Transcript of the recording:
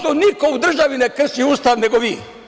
To niko u državi ne krši Ustav, nego vi.